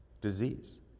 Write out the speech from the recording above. disease